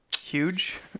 huge